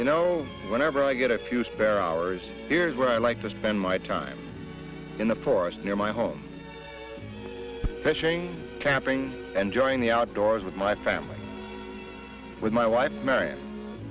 you know whenever i get a few spare hours here's where i like to spend my time in the forest near my home fishing camping enjoying the outdoors with my family with my wife mar